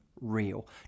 real